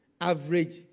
Average